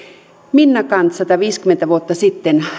minna canth sataviisikymmentä vuotta sitten